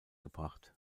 verbracht